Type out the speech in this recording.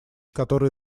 которые